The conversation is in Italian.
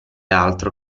altro